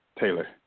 Taylor